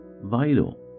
vital